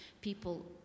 people